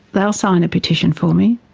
they'll sign a petition for me.